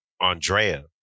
Andrea